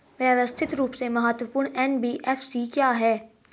व्यवस्थित रूप से महत्वपूर्ण एन.बी.एफ.सी क्या हैं?